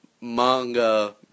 manga